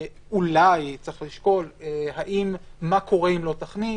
אולי צריך לשקול מה קורה אם לא תכניס,